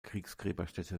kriegsgräberstätte